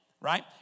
right